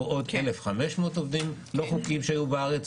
עוד 1,500 עובדים לא חוקיים שהיו בארץ,